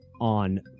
on